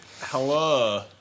Hello